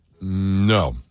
No